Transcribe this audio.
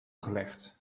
gelegd